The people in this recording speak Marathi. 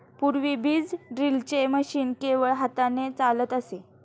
पूर्वी बीज ड्रिलचे मशीन केवळ हाताने चालत असे